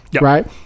right